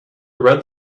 red